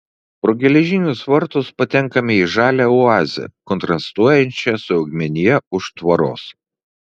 pro geležinius vartus patenkame į žalią oazę kontrastuojančią su augmenija už tvoros